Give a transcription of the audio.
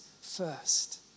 first